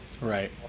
Right